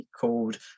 called